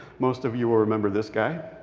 most of you will remember this guy.